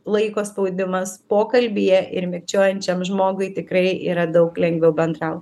laiko spaudimas pokalbyje ir mikčiojančiam žmogui tikrai yra daug lengviau bendrauti